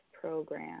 program